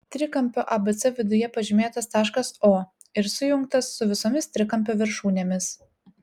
trikampio abc viduje pažymėtas taškas o ir sujungtas su visomis trikampio viršūnėmis